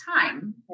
time